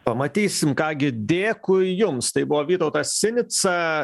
pamatysim ką gi dėkui jums tai buvo vytautas sinica